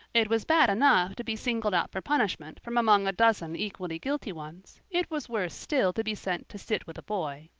it was bad enough to be singled out for punishment from among a dozen equally guilty ones it was worse still to be sent to sit with a boy,